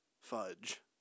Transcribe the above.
fudge